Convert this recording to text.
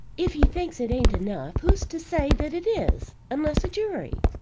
if he thinks it ain't enough, who's to say that it is unless a jury?